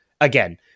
again